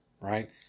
right